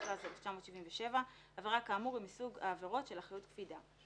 התשל"ז 1977‏; עבירה כאמור היא מסוג העבירות של אחריות קפידה.